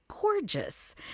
gorgeous